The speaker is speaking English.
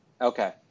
Okay